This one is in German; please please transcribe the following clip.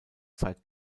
zeit